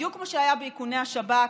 בדיוק כמו שהיה באיכוני השב"כ,